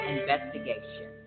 Investigation